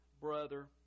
brother